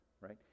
right